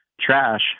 trash